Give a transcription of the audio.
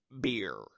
beer